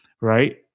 right